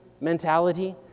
mentality